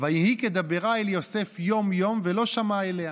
"ויהי כדברה אל יוסף יום יום ולא שמע אליה".